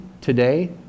today